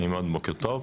נעים מאוד, בוקר טוב.